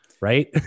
right